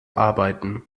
arbeiten